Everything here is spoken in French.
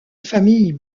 famille